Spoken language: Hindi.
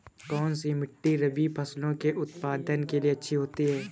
कौनसी मिट्टी रबी फसलों के उत्पादन के लिए अच्छी होती है?